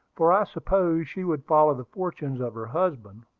for i supposed she would follow the fortunes of her husband,